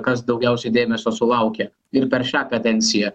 kas daugiausiai dėmesio sulaukia ir per šią kadenciją